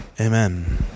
Amen